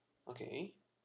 okay